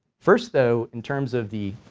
first though in terms of the